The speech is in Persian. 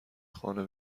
خانه